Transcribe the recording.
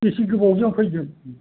बिसि गोबावजों फैगोन